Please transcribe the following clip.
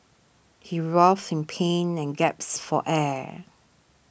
he in pain and gaps for air